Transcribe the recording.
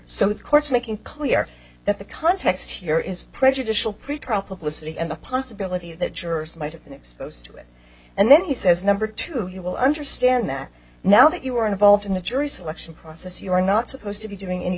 the courts making clear that the context here is prejudicial pretrial publicity and the possibility that jurors might have been exposed to it and then he says number two you will understand that now that you are involved in the jury selection process you are not supposed to be doing any